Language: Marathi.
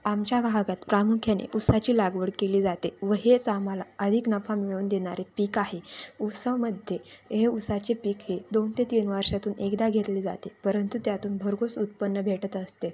आमच्या भागात प्रामुख्याने ऊसाची लागवड केली जाते व हेच आम्हाला अधिक नफा मिळून देणारे पीक आहे ऊसामध्ये हे ऊसाचे पीक हे दोन ते तीन वर्षातून एकदा घेतले जाते परंतु त्यातून भरघोस उत्पन्न भेटत असते